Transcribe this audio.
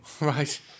Right